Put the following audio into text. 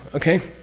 okay?